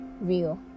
real